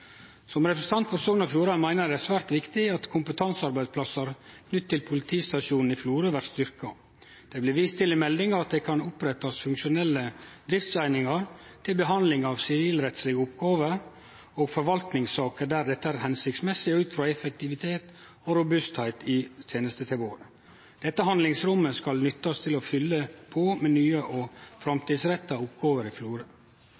Som representant for Sogn og Fjordane meiner eg det er svært viktig at kompetansearbeidsplassar knytte til politistasjonen i Florø blir styrkte. Det blir vist til i meldinga at det kan opprettast funksjonelle driftseiningar til behandling av sivilrettslege oppgåver og forvaltningssaker der dette er hensiktsmessig ut frå effektivitet og robustheit i tenestetilbodet. Dette handlingsrommet skal nyttast til å fylle på med nye og